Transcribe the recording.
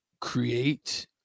create